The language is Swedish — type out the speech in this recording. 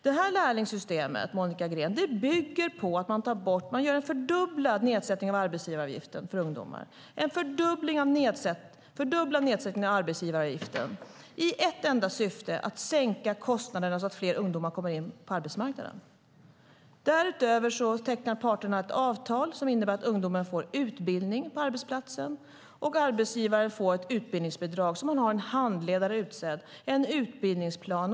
Detta lärlingssystem, Monica Green, bygger på att man gör en fördubblad nedsättning av arbetsgivaravgiften för ungdomar i ett enda syfte, nämligen att sänka kostnaderna så att fler ungdomar kommer in på arbetsmarknaden. Därutöver tecknar parterna ett avtal som innebär att ungdomarna får utbildning på arbetsplatsen och att arbetsgivarna får ett utbildningsbidrag så att de har en handledare utsedd och har en utbildningsplan.